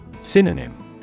Synonym